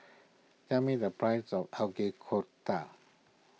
tell me the price of Kofta